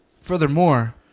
furthermore